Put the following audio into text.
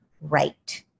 Right